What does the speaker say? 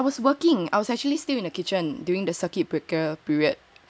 I was working I was actually still in the kitchen during the circuit breaker period